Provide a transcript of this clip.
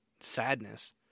sadness